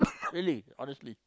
really honestly